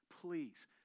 Please